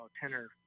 tenor